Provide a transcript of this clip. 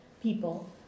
people